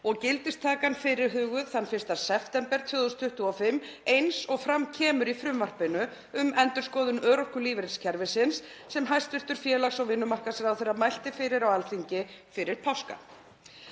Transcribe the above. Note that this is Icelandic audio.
er gildistakan fyrirhuguð þann 1. september 2025, eins og fram kemur í frumvarpinu um endurskoðun örorkulífeyriskerfisins sem hæstv. félags- og vinnumarkaðsráðherra mælti fyrir á Alþingi fyrir páska.